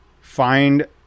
find